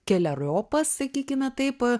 keleriopas sakykime taip